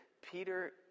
Peter